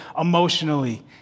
emotionally